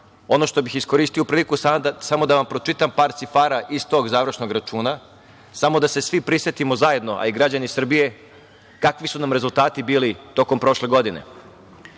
Ono što bih iskoristio priliku, samo da vam pročitam samo par cifara iz tog završnog računa. Samo da se svi prisetimo zajedno, a i građani Srbije, kakvi su nam rezultati bili tokom prošle godine. Ukupni